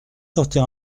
sortir